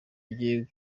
igihe